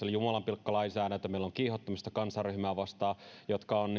eli jumalanpilkkalainsäädäntö meillä on lainsäädäntö kiihottamisesta kansanryhmää vastaan jotka ovat